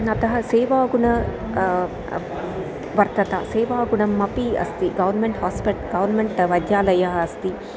अतः सेवागुणं वर्तते सेवागुणम् अपि अस्ति गौर्न्मेण्ट् होस्पिट्ल् गौर्मेण्ट् वैद्यालयः अस्ति